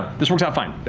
this works out fine.